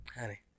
Honey